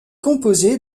composé